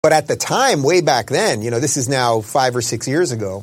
אבל בתקופה ההיא, לפני זמן רב, כבר חלפו חמש או שש שנים